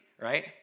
right